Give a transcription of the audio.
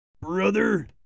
Brother